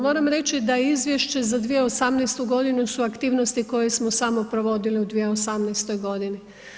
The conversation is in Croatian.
Moramo reći da je izvješće za 2018. g. su aktivnosti koje smo samo provodili u 2018. godini.